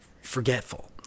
forgetful